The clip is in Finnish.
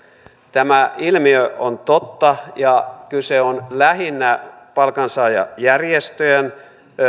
tämä ilmiö on totta ja kyse on lähinnä palkansaajajärjestöjen